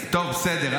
טוב, בסדר.